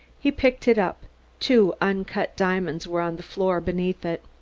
he picked it up two uncut diamonds were on the floor beneath it.